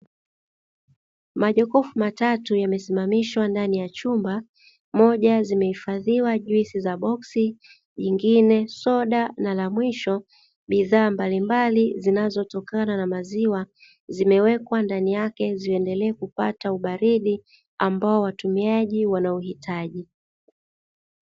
Majokofu matatu yamesimamishwa ndani ya chumba, Moja zimehifadhiwa juisi za boksi, lingine soda na la mwisho bidhaa mbalimbali zinazotokana na maziwa, zimewekwa ndani yake ziendelee kupata ubaridi ambao watumiaji wanauhitaji.